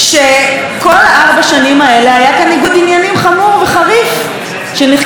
ארבע השנים האלה היה כאן ניגוד עניינים חמור וחריף שנחקר במשטרה.